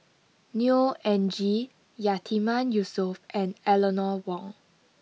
Neo Anngee Yatiman Yusof and Eleanor Wong